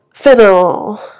Fennel